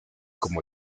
como